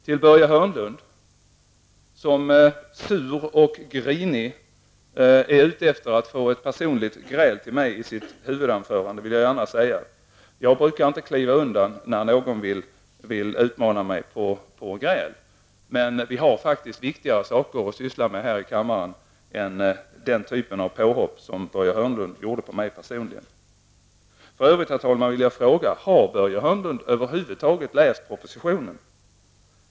Till Börje Hörnlund, som sur och grinig var ute efter att få ett personligt gräl med mig i sitt huvudanförande, vill jag gärna säga att jag inte brukar kliva undan när någon vill utmana mig till gräl. Men vi har faktiskt viktigare saker att syssla med i kammaren än den typen av påhopp som Börje Hörnlund gjorde på mig personligen. För övrigt, herr talman, vill jag fråga Börje Hörnlund om han över huvud taget har läst propositionen.